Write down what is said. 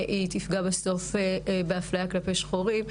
היא תפגע בסוף בהפליה כלפי שחורים,